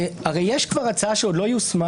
הרי יש כבר הצעה שעוד לא יושמה,